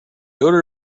odor